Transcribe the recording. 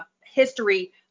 history